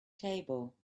table